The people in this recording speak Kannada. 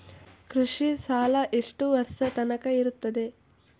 ಕೃಷಿ ಸಾಲ ಎಷ್ಟು ವರ್ಷ ತನಕ ಇರುತ್ತದೆ?